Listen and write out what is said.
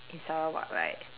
in Sarawak right